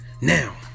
Now